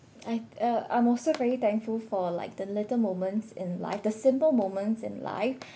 I uh I'm also very thankful for like the little moments in life the simple moments in life